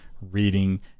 reading